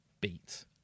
beat